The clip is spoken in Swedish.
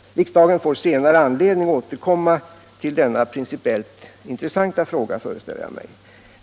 Riksdagen får senare anledning att återkomma till denna principiellt intressanta fråga.